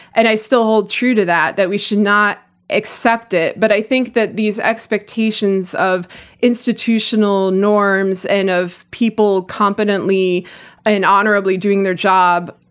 and i still hold true to that. that we should not accept it. but i think that these expectations of institutional norms, and of people competently and honorably doing their job,